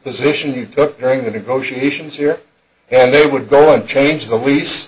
position you took during the negotiations here then they would go and change the leas